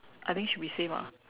I think should be same ah